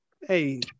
Hey